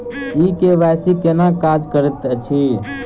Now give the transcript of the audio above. ई KYC केना काज करैत अछि?